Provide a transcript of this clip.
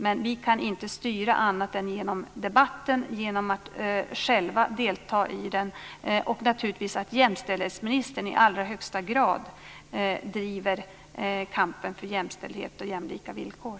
Men vi kan inte styra annat än genom debatten - genom att själva delta i den. Jämställdhetsministern driver naturligtvis också i allra högsta grad kampen för jämställdhet och jämlika villkor.